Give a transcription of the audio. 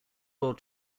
world